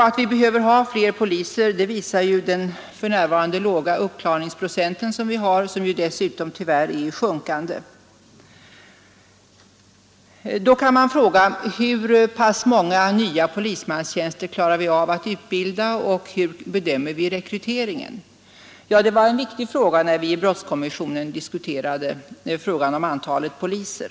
Att vi behöver ha fler poliser visar också den för närvarande låga uppklaringsprocenten, som dessutom tyvärr är i sjunkande. Då kan man fråga: Hur många nya polismän klarar vi av att utbilda och hur skall rekryteringen bedömas? Det var en viktig fråga när vi i brottskommissionen diskuterade antalet poliser.